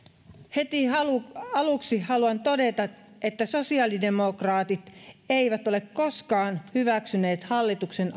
heti aluksi haluan todeta että sosiaalidemokraatit eivät ole koskaan hyväksyneet hallituksen